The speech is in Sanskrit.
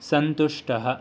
सन्तुष्टः